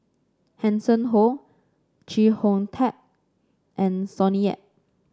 Hanson Ho Chee Hong Tat and Sonny Yap